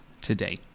today